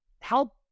help